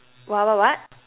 what what what